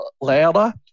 louder